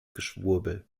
geschwurbel